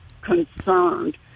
concerned